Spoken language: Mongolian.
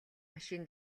машин